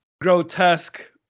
grotesque